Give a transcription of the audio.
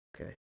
Okay